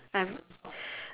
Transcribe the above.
I've